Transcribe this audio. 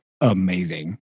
amazing